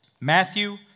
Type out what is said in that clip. Matthew